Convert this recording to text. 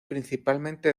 principalmente